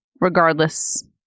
regardless